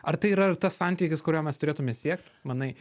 ar tai yra ir tas santykis kurio mes turėtume siekt manai